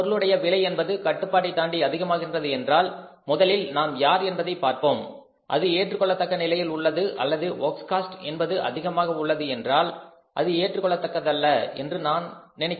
ஒரு பொருளினுடைய விலை என்பது கட்டுப்பாட்டைத்தாண்டி அதிகமாகின்றது என்றால் முதலில் நாம் யார் என்பதை பார்ப்போம் அது ஏற்றுக்கொள்ளதக்க நிலையில் உள்ளது அல்லது வொர்க்ஸ் காஸ்ட் என்பது அதிகமாக உள்ளது என்றால் அது ஏற்றுக்கொள்ளத்தக்கதல்ல என்று நான் நினைக்கின்றேன்